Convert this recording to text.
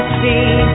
see